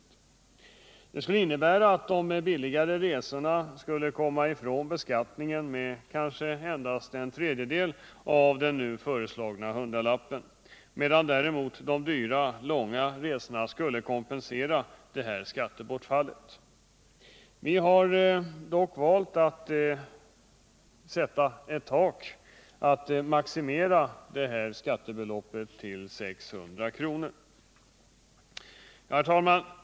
Det skulle innebära att de billigare resorna skulle komma ifrån beskattningen med kanske endast en tredjedel av den nu föreslagna hundralappen medan däremot de dyra, långa resorna skulle kompensera det skattebortfallet. Vi har dock valt att sätta ett tak, att maximera detta skattebelopp till 600 kr.